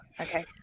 Okay